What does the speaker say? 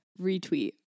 retweet